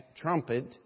trumpet